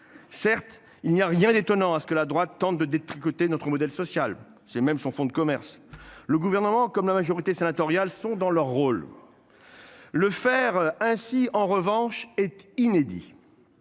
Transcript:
Certes il n'y a rien d'étonnant à ce que la droite tente de détricoter notre modèle social. J'ai même chanson de commerce le gouvernement comme la majorité sénatoriale sont dans leur rôle. Le faire ainsi en revanche est inédit.